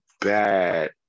bad